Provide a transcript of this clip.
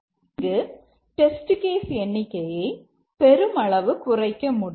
இங்கு test case எண்ணிக்கையை பெருமளவு குறைக்கமுடியும்